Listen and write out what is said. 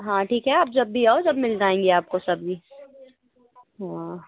हाँ ठीक है आप जब भी आओ जब मिल जाएँगी आपको सब्ज़ी हाँ